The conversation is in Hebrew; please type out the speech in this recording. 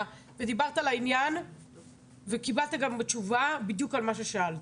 דיברת לעניין וקיבלת גם תשובה בדיוק על מה ששאלת.